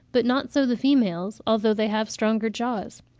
but not so the females, although they have stronger jaws.